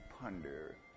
ponder